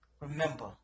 Remember